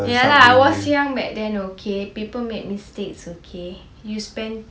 ya lah I was young back then okay people make mistakes okay you spent